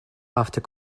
after